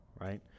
right